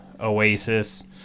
oasis